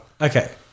Okay